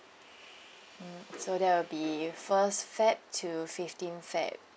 so there will be first feb to fifteen feb